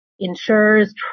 insurers